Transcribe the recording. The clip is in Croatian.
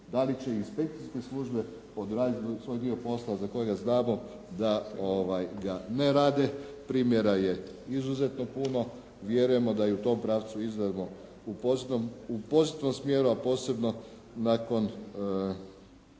da li će inspekcijske službe odraditi svoj dio posla za kojega znamo da ga ne rade. Primjera je izuzetno puno. Vjerujemo da i u tom pravcu idemo u pozitivnom smjeru, a posebno nakon